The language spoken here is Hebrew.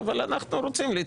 אבל הם לא צריכים.